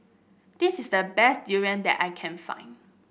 this is the best durian that I can find